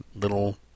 little